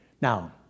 Now